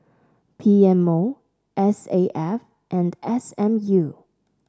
P M O S A F and S M U